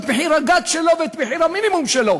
את מחיר הגג שלו ואת מחיר המינימום שלו,